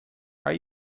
are